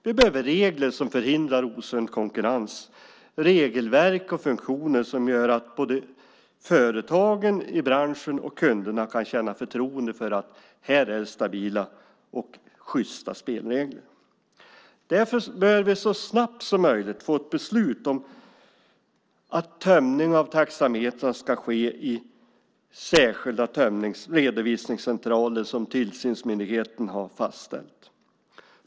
Vi behöver regler som förhindrar osund konkurrens och regelverk och funktioner som gör att både företagen i branschen och kunderna kan känna förtroende för att det finns stabila och sjysta spelregler. Därför bör vi så snabbt som möjligt få ett beslut om att tömning av taxametrar ska ske i särskilda redovisningscentraler som tillsynsmyndigheten har fastställt.